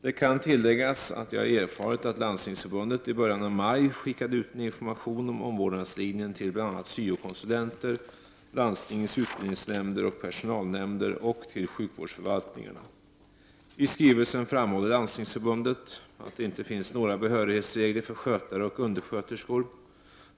Det kan tilläggas att jag har erfarit att Landstingsförbundet i början av maj skickade ut information om omvårdnadslinjen till bl.a. syo-konsulenter, landstingens utbildningsnämnder och personalnämnder och till sjukvårdsförvaltningarna. I skrivelsen framhåller Landstingsförbundet att det inte finns några behörighetsregler för skötare och undersköterskor.